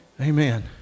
Amen